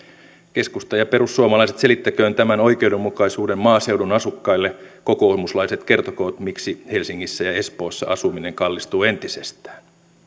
keskusta ja perussuomalaiset selittäkööt tämän oikeudenmukaisuuden maaseudun asukkaille kokoomuslaiset kertokoot miksi helsingissä ja espoossa asuminen kallistuu entisestään